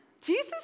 Jesus